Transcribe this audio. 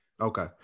okay